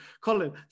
Colin